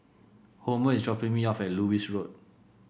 Homer is dropping me off at Lewis Road